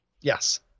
Yes